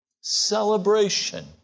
celebration